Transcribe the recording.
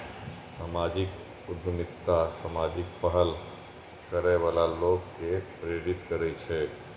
सामाजिक उद्यमिता सामाजिक पहल करै बला लोक कें प्रेरित करै छै